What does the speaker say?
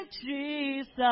Jesus